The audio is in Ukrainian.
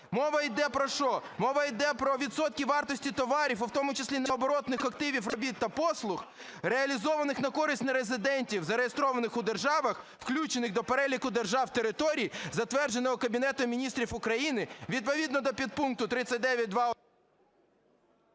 Мова йде про що? Мова йде про відсотки вартості товарів, а в тому числі і необоротних активів, робіт та послуг, реалізованих на користь нерезидентів, зареєстрованих у державах, включених до переліку держав (територій), затвердженого Кабінетом Міністрів України відповідно до підпункту 39.2…